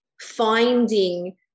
finding